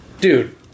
Dude